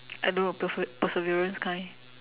I don't know perse~ perseverance kind